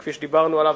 כפי שדיברנו עליו,